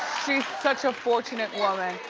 she's such a fortunate woman.